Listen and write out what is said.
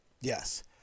Yes